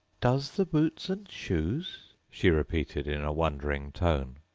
does the boots and shoes she repeated in a wondering tone.